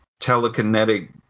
telekinetic